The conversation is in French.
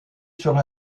sur